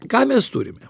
ką mes turime